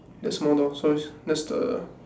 that small dog so that's the